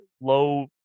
Low